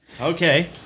Okay